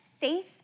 safe